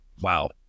wow